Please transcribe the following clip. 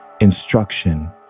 instruction